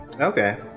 Okay